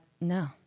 no